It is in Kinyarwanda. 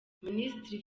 minisitiri